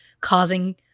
causing